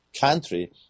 country